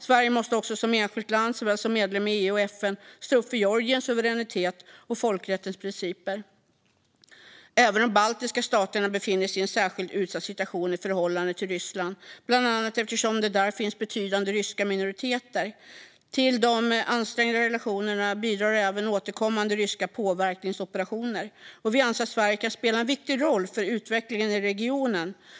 Sverige måste också som enskilt land såväl som medlem i EU och FN stå upp för Georgiens suveränitet och folkrättens principer. Även de baltiska staterna befinner sig i en särskilt utsatt situation i förhållande till Ryssland, bland annat eftersom det där finns betydande ryska minoriteter. Till de ansträngda relationerna bidrar även återkommande ryska påverkansoperationer. Vi anser att Sverige kan spela en viktig roll för utvecklingen i regionen.